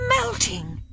melting